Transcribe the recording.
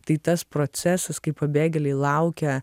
tai tas procesas kai pabėgėliai laukia